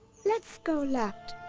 let's go left!